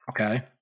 Okay